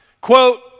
Quote